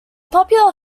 popular